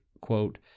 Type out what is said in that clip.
quote